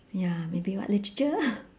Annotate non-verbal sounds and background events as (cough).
ya maybe what literature (laughs)